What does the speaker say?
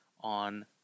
on